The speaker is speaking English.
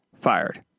fired